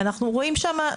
אנחנו רואים שם.